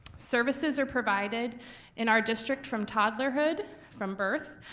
services are provided in our district from toddlerhood, from birth,